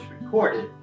recorded